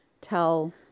tell